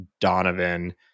donovan